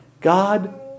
God